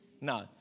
No